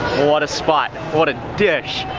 what a spot, what a dish.